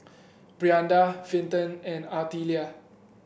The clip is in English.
Brianda Vinton and Artelia